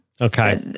Okay